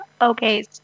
Okay